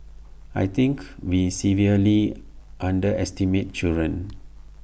I think we severely underestimate children